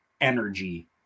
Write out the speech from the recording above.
energy